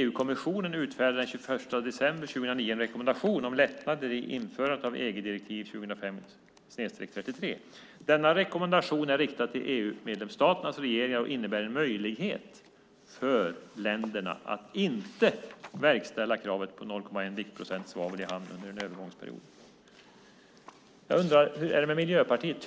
"EU-kommissionen utfärdade den 21 december 2009 en rekommendation om lättnader i införandet av EG-direktiv 2005/33. Denna rekommendation är riktad till EU-medlemsstaternas regeringar och innebär en möjlighet för länderna att inte verkställa kravet på 0,10 viktprocent svavel i hamn under en övergångsperiod." Jag undrar hur det är med Miljöpartiet.